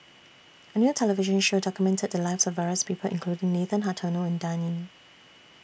A New television Show documented The Lives of various People including Nathan Hartono and Dan Ying